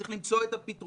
צריך למצוא את הפתרונות.